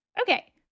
Okay